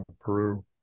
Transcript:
Peru